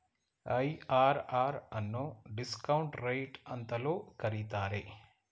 IRR ಅನ್ನು discount rate ಅಂತಲೂ ಕರೀತಾರೆ